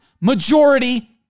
majority